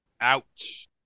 Ouch